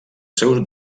seu